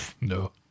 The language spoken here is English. No